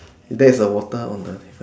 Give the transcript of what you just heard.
there is a water on the